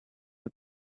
gave